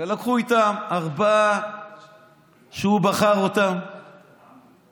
לקחו איתם ארבעה שהוא בחר אותם ושיחקו